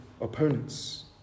opponents